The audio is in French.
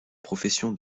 profession